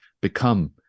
become